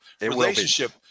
relationship